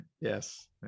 Yes